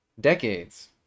decades